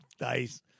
Nice